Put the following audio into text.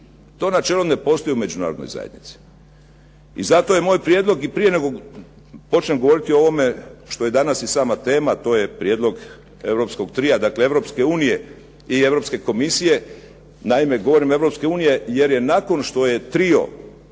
To načelo ne postoji u Međunarodnoj zajednici. I zato je moj prijedlog i prije nego počnem govoriti o ovome što je danas i sama tema a to je prijedlog europskog tria, dakle Europske unije i Europske komisije. Naime, govorim Europske unije jer je nakon što je trio,